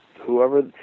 whoever